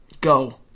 Go